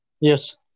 Yes